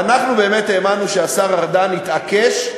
ואנחנו באמת האמנו שהשר ארדן יתעקש,